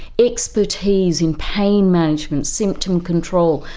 expertise in pain management, symptom control,